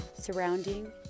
surrounding